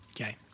Okay